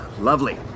Lovely